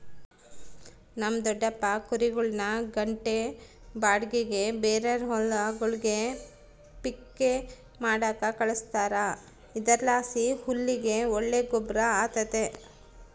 ನಮ್ ದೊಡಪ್ಪ ಕುರಿಗುಳ್ನ ಗಂಟೆ ಬಾಡಿಗ್ಗೆ ಬೇರೇರ್ ಹೊಲಗುಳ್ಗೆ ಪಿಕ್ಕೆ ಮಾಡಾಕ ಕಳಿಸ್ತಾರ ಇದರ್ಲಾಸಿ ಹುಲ್ಲಿಗೆ ಒಳ್ಳೆ ಗೊಬ್ರ ಆತತೆ